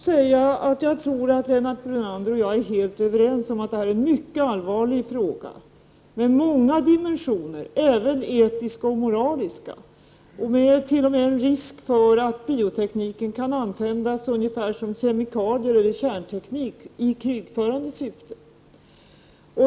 Herr talman! Jag tror att Lennart Brunander och jag är helt överens om att detta är en mycket allvarlig fråga med många dimensioner, även etiska och moraliska. Det finns t.o.m. en risk för att biotekniken kan användas ungefär som kemikalier eller kärnteknik, nämligen i krigförande syfte.